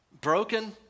broken